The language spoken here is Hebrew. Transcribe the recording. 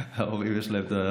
ההורים, יש להם את,